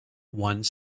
one